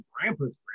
grandpa's